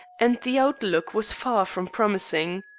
and the outlook was far from promising.